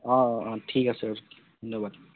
অঁ অঁ ঠিক আছে ধন্যবাদ